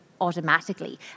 automatically